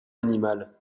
animal